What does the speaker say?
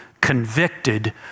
convicted